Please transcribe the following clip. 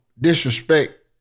disrespect